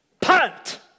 punt